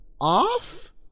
off